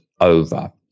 over